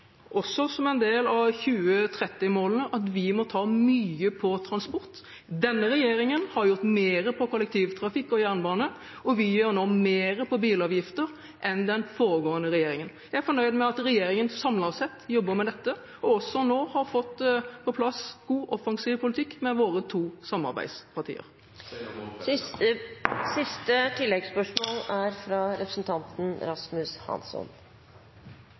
også som en del av 2030-målene, at vi må ta mye på transport. Denne regjeringen har gjort mer på kollektivtrafikk og jernbane, og vi gjør nå mer på bilavgifter enn den foregående regjeringen. Jeg er fornøyd med at regjeringen samlet sett jobber med dette, og også nå har fått på plass en god, offensiv politikk med våre to samarbeidspartier. «Say no more», president. Rasmus Hansson